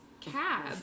cab